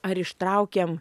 ar ištraukiam